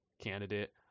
candidate